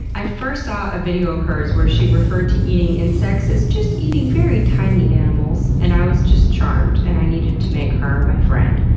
i first first saw a video of hers where she referred to eating insects as just eating very tiny animals, and i was just charmed, and i needed to make her my friend.